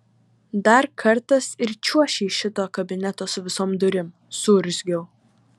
dar kartas ir čiuoši iš šito kabineto su visom durim suurzgiau